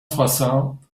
soixante